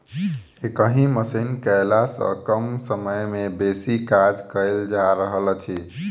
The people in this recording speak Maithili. एहि मशीन केअयला सॅ कम समय मे बेसी काज कयल जा रहल अछि